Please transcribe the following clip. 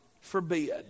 forbid